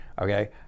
okay